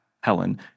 Helen